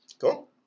Cool